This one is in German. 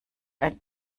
ein